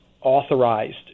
authorized